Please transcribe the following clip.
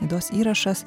laidos įrašas